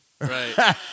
Right